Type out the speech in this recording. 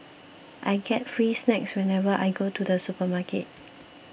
I get free snacks whenever I go to the supermarket